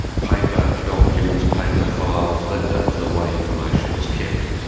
paper documents, paper files, that that was the way information was kept.